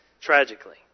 tragically